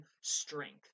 strength